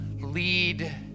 lead